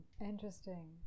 interesting